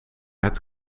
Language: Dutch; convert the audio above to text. het